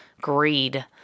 Greed